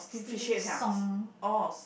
steam song